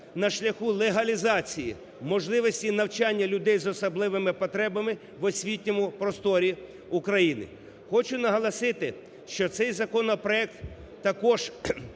на шляху легалізації можливостей навчання людей з особливими потребами в освітньому просторі України. Хочу наголосити, що цей законопроект також